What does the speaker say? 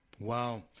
Wow